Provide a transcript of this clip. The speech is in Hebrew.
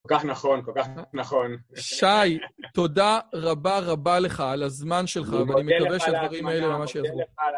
כל כך נכון, כל כך נכון. שי, תודה רבה רבה לך על הזמן שלך, ואני מקווה שהדברים האלה ממש יעזרו.